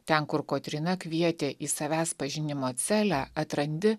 ten kur kotryna kvietė į savęs pažinimo celę atrandi